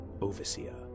Overseer